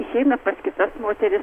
išeina pas kitas moteris